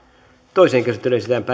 toiseen käsittelyyn esitellään